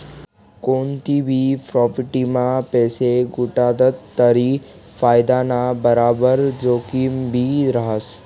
कोनतीभी प्राॅपटीमा पैसा गुताडात तरी फायदाना बराबर जोखिमभी रहास